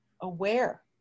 aware